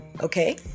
Okay